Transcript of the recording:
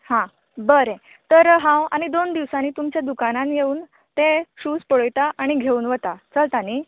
हां बरें तर हांव आनी दोन दिवसांनी तुमच्या दुकानार येवून शूज पळयता आनी घेवन वता चलता न्ही